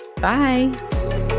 Bye